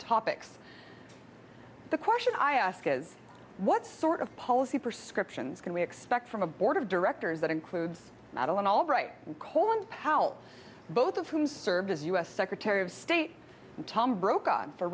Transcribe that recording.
topics the question i ask is what sort of policy prescriptions can we expect from a board of directors that includes madeleine albright colin powell both of whom served as u s secretary of state tom brokaw for